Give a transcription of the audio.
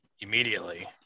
immediately